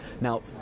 Now